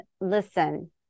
listen